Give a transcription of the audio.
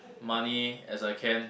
money as I can